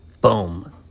boom